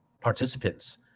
participants